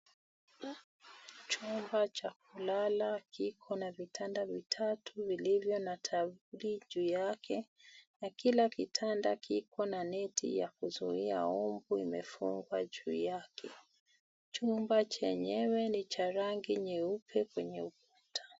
Chumba cha kulala kikona vitanda vitatu vilivyo na taulo juu yake na kila kitanda kikona neti ya kuzuia mbu imefungwa juu yake. Chumba chenyewe ni cha rangi nyeupe kwenye ukuta.